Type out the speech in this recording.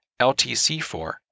LTC4